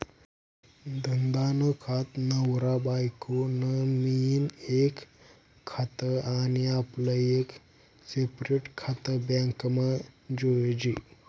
धंदा नं खातं, नवरा बायको नं मियीन एक खातं आनी आपलं एक सेपरेट खातं बॅकमा जोयजे